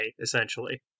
essentially